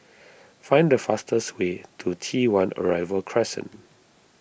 find the fastest way to T one Arrival Crescent